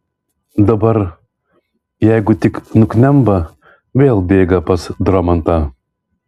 dabar jeigu tik nuknemba vėl bėga pas dromantą